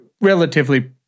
relatively